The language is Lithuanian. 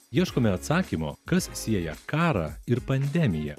ieškome atsakymo kas sieja karą ir pandemiją